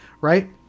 Right